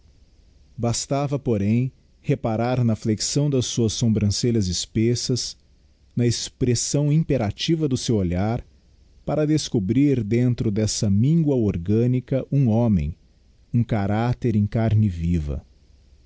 bastava porém reparar na flexão das suas sobrancelhas espessas na expressão imperativa do seu olhar para descobrir dentro dessa mingua orgânica um homem um caracter em carne viva